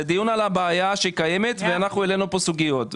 זה דיון על הבעיה שקיימת ואנחנו העלינו פה סוגיות.